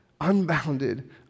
unbounded